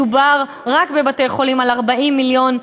מדובר רק בבתי-חולים על 40 מיליון ומעלה,